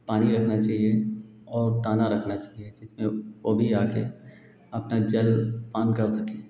पानी रखना चाहिए और दाना रखना चाहिए जिसमें वह भी आकर अपना जलपान कर सकें